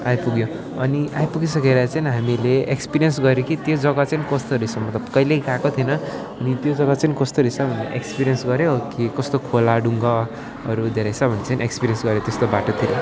अनि आइपुगी सकेर चाहिँ हामीले एक्सपिरिएन्स गर्यौँ कि त्यो जग्गा चाहिँ कस्तो रहेछ मतलब कहिले गएको थिएन अनि त्यो जग्गा चाहिँ कस्तो रहेछ भनेर एक्सपिरिएन्स गर्यौँ कि कस्तो खोला ढुङ्गाहरू धेरै छ भने चाहिँ एक्सपिरिएन्स गरे त्यस्तो बाटोतिर